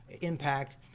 Impact